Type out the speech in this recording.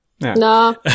No